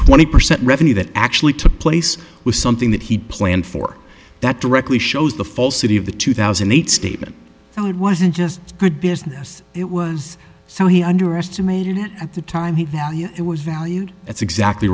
twenty percent revenue that actually took place was something that he'd planned for that directly shows the falsity of the two thousand and eight statement so it wasn't just good business it was so he underestimated it at the time he it was valued that's exactly